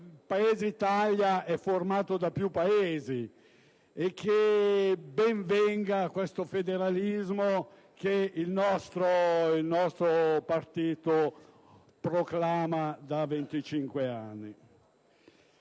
Paese Italia sia formato da più Paesi. Allora, ben venga il federalismo che il nostro partito proclama da 25 anni.